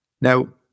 Now